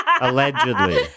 Allegedly